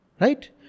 Right